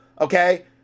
Okay